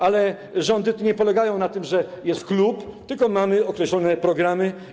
Ale rządy nie polegają na tym, że jest klub, tylko mamy określone programy.